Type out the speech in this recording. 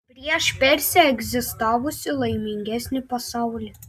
prieš persę egzistavusį laimingesnį pasaulį